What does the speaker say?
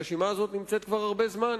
הרשימה הזאת נמצאת כבר הרבה זמן.